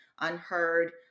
unheard